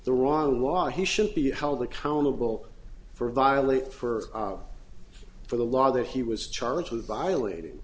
the wrong why he should be held accountable for violate for for the law that he was charged with violating